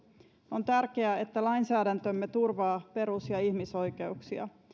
on tärkeää että lainsäädäntömme turvaa perus ja ihmisoikeuksia